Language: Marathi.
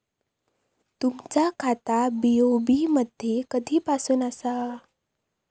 तुमचा खाता बी.ओ.बी मध्ये कधीपासून आसा?